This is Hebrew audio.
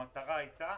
המטרה הייתה: